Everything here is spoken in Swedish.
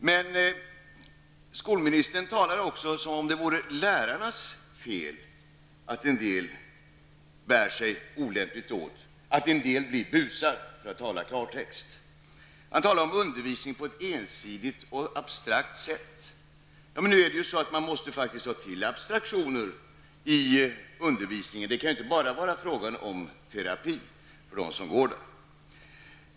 Men skolministern talade också som om det vore lärarnas fel att en del elever bär sig olämpligt åt, att en del elever blir busar, för att tala klarspråk. Han talade om att ''undervisningen'' på ett ensidigt och abstrakt sätt''. Men man måste faktiskt ta till abstraktioner i undervisningen -- det kan inte bara vara fråga om terapi för dem som går där.